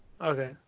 Okay